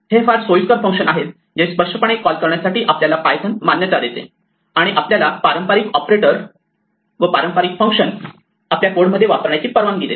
हे सर्व फार सोईस्कर फंक्शन आहेत जे स्पष्टपणे कॉल करण्यासाठी आपल्याला पायथन मान्यता देते आणि आपल्याला पारंपारिक ऑपरेटर व पारंपारिक फंक्शन आपल्या कोड मध्ये वापरण्याची परवानगी देते